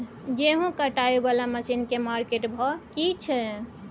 गेहूं कटाई वाला मसीन के मार्केट भाव की छै?